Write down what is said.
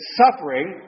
suffering